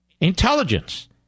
Intelligence